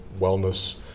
wellness